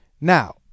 Now